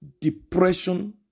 depression